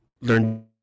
learn